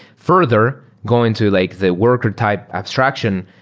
further, going to like the worker type abstraction,